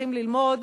צריכים ללמוד,